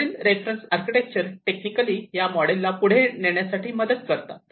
वरील reference architecture technically ह्या model ना पुढे नेण्यासाठी मदत करतात